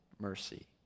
mercy